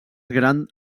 gran